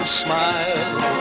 smile